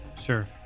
Sure